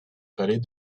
vallée